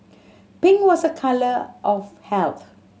pink was a colour of health